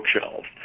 bookshelves